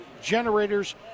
generators